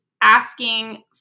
asking